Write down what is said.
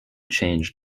changed